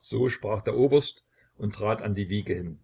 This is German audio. so sprach der oberst und trat an die wiege hin